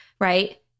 right